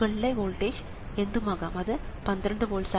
മുകളിലെ വോൾട്ടേജ് എന്തുമാകാം അത് 12 വോൾട്സ് ആകാം